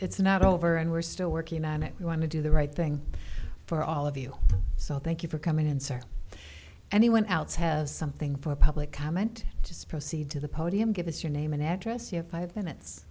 it's not over and we're still working on it we want to do the right thing for all of you so thank you for coming in sir and he went out so have something for public comment just proceed to the podium give us your name and address you have five minutes